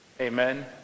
Amen